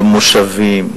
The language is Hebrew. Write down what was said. גם מושבים,